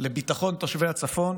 לביטחון תושבי הצפון